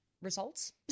results